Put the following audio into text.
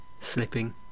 slipping